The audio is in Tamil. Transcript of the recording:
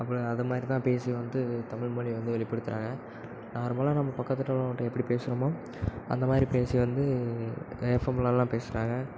அப்படி அதமாரி தான் பேசி வந்து தமிழ்மொழி வந்து வெளிப்படுத்துறாங்க நார்மலாக நம்ம பக்கத்தில் உள்ளவங்கள்கிட்ட எப்படி பேசுகிறோமோ அந்தமாதிரிப் பேசி வந்து எப்ஃஎம்லலாம் பேசுறாங்க